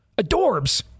Adorbs